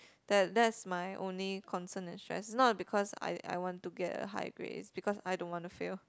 that that's my only concern and stress is not because I I want to get a high grade it's because I don't want to fail